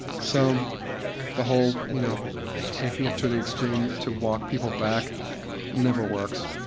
so the whole you know taking it to the extreme to walk people back never works.